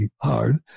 hard